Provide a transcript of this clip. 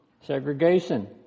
Segregation